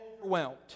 overwhelmed